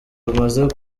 rumaze